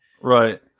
Right